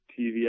TV